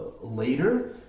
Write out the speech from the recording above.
later